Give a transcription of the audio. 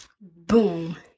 Boom